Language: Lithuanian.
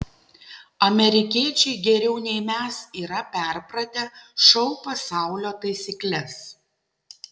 amerikiečiai geriau nei mes yra perpratę šou pasaulio taisykles